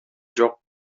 жок